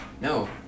No